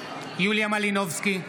מלינובסקי,